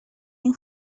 این